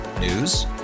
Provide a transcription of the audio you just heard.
News